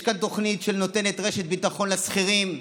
יש כאן תוכנית שנותנת רשת ביטחון לשכירים,